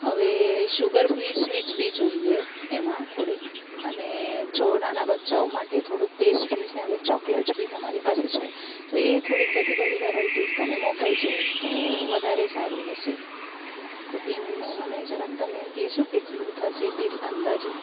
હવે sugar free sweets બી જોઈએ એમાં થોડીક અને જો નાના બચ્ચાઓ માટે થોડુંક પેસ્ટ્રીસ ને હવે ચોકલેટ બી તમારી પાસે છે તો એ થોડીક બધી વેરાટીસ તમે મોકલશો તો વધારે સારું હશે તો એમનું મને જરાક તમે કહેશો કેટલું થશે બિલ અંદાજે